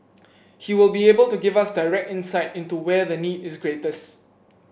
he will be able to give us direct insight into where the need is greatest